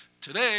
Today